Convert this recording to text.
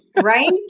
Right